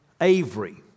Avery